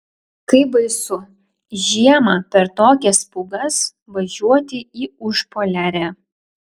kaip baisu žiemą per tokias pūgas važiuoti į užpoliarę